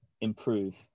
improve